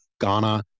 Ghana